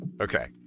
Okay